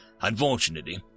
Unfortunately